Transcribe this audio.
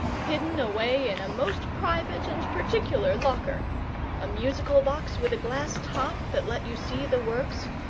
hidden away in a most private and particular locker a musical box with a glass top that let you see the works,